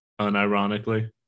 unironically